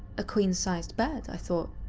a queen-size bed, i thought,